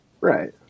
Right